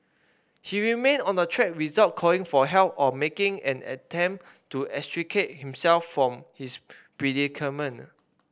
he remained on the track without calling for help or making any attempt to extricate himself from his predicament